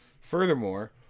furthermore